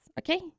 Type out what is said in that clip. Okay